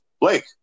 Blake